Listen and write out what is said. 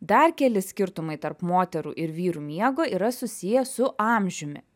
dar keli skirtumai tarp moterų ir vyrų miego yra susiję su amžiumi